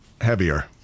heavier